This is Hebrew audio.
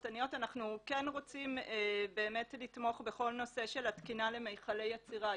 אנחנו כן רוצים לתמוך בכל הנושא של התקינה למכלי אצירה.